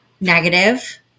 negative